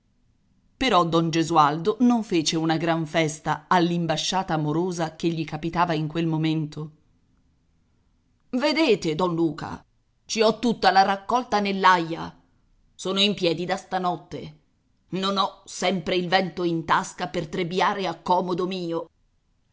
però don gesualdo non fece una gran festa all'imbasciata amorosa che gli capitava in quel momento vedete don luca ci ho tutta la raccolta nell'aia sono in piedi da stanotte non ho sempre il vento in tasca per trebbiare a comodo mio